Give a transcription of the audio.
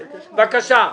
בבקשה.